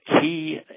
key